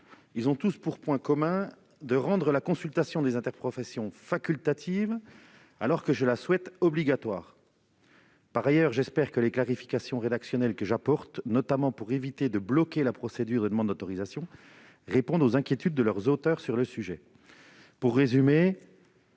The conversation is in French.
37 rectifié, qui tendent tous à rendre la consultation des interprofessions facultative alors que je la souhaite obligatoire. J'espère que les clarifications rédactionnelles que j'apporte, notamment pour éviter de bloquer la procédure de demande d'autorisation, répondent aux inquiétudes de leurs auteurs sur ce sujet. Pour résumer,